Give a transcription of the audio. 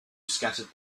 scattered